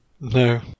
No